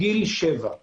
אנחנו